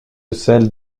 celles